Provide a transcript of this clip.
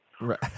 Right